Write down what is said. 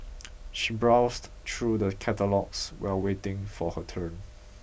she browsed through the catalogues while waiting for her turn